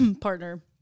partner